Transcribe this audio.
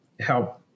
help